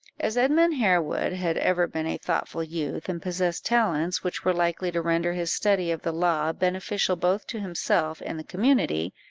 as edmund harewood had ever been a thoughtful youth, and possessed talents which were likely to render his study of the law beneficial both to himself and the community,